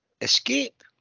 escape